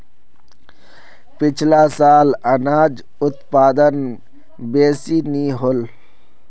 पिछला साल अनाज उत्पादन बेसि नी होल